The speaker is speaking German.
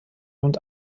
und